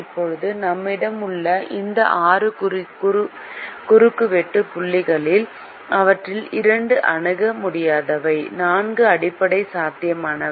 இப்போது நம்மிடம் உள்ள இந்த ஆறு குறுக்குவெட்டு புள்ளிகளில் அவற்றில் இரண்டு அணுக முடியாதவை நான்கு அடிப்படை சாத்தியமானவை